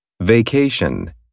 vacation